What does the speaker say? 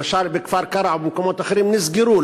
למשל בכפר-קרע ובמקומות אחרים, נסגרו.